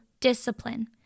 discipline